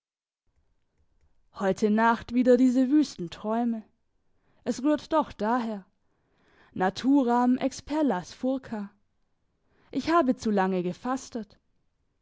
heute nacht wieder diese wüsten träume es rührt doch daher naturam expellas furca ich habe zu lange gefastet